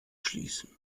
schließen